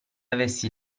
avessi